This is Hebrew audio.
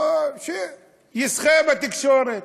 ישחה בתקשורת,